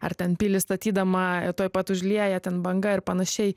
ar ten pilį statydama tuoj pat užlieja ten banga ir panašiai